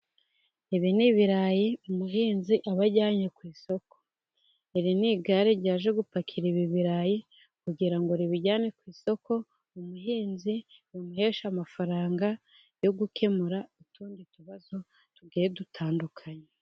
Ibi n'ibirayi umuhinzi aba ajyanye ku isoko, iri ni igare ryaje gupakira ibi birayi kugira ngo ribijyane ku isoko, umuhinzi bimuhesha amafaranga yo gukemura utundi tubazo tugiye dutandukanye.